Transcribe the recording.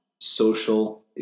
social